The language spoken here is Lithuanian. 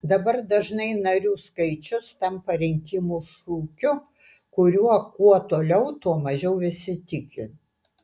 dabar dažnai narių skaičius tampa rinkimų šūkiu kuriuo kuo toliau tuo mažiau visi tiki